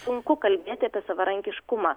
sunku kalbėti apie savarankiškumą